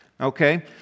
okay